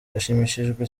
yashimishijwe